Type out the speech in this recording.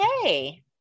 Okay